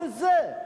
על זה.